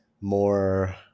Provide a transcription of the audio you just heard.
more